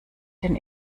denn